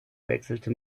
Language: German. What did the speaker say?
wechselte